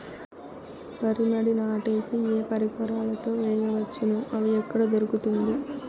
వరి మడి నాటే కి ఏ పరికరాలు తో వేయవచ్చును అవి ఎక్కడ దొరుకుతుంది?